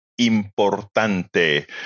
importante